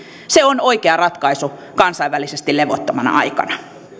se on oikea ratkaisu kansainvälisesti levottomana aikana